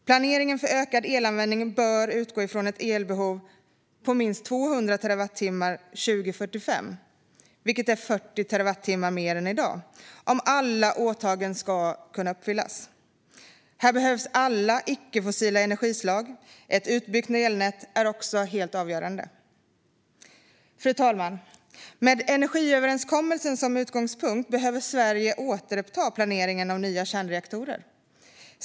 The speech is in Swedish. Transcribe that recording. Planeringen för ökad elanvändning bör utgå från ett elbehov på minst 200 terawattimmar 2045, vilket är 40 terawattimmar mer än i dag, om alla åtaganden ska kunna uppfyllas. Här behövs alla icke-fossila energislag. Ett utbyggt elnät är också helt avgörande. Fru talman! Med energiöverenskommelsen som utgångspunkt behöver Sverige återuppta planeringen av nya kärnreaktorer.